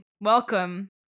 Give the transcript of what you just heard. Welcome